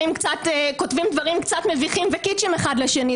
כותבים דברים קצת מביכים וקיצ'ים אחד לשני,